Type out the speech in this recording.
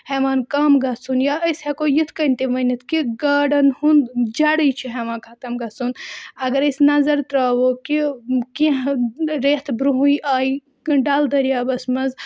ہیٚوان کَم گژھُن یا أسۍ ہیٚکو یِتھ کٔنۍ تہِ ؤنِتھ کہِ گاڈَن ہُنٛد جَڑٕے چھُ ہیٚوان ختم گژھُن اگر أسۍ نظر ترٛاوَو کہِ کینٛہہ رٮ۪تھ بروںٛہٕے آیہِ ڈَل دٔریابَس منٛز